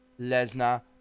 lesnar